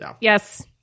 Yes